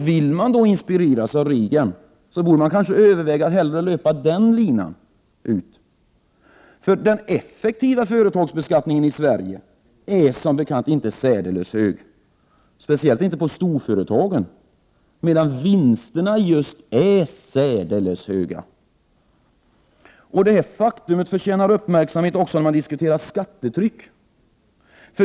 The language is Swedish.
Vill man inspireras av Reagan, borde man kanske överväga att hellre löpa den linan ut. Den effektiva företagsbeskattningen i Sverige är som bekant inte särdeles hög, speciellt inte på storföretagen, medan vinsterna är just särdeles höga. Detta faktum förtjänar uppmärksamhet också när man diskuterar det s.k. skattetrycket.